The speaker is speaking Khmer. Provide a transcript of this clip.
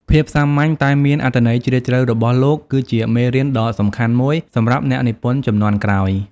ភាសាសាមញ្ញ តែមានអត្ថន័យជ្រាលជ្រៅរបស់លោក គឺជាមេរៀនដ៏សំខាន់មួយសម្រាប់អ្នកនិពន្ធជំនាន់ក្រោយ។